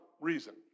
reason